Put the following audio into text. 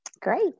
Great